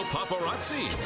Paparazzi